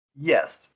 Yes